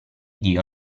dio